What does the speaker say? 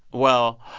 well,